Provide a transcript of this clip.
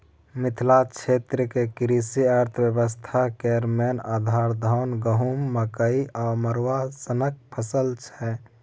मिथिला क्षेत्रक कृषि अर्थबेबस्था केर मेन आधार, धान, गहुँम, मकइ आ मरुआ सनक फसल छै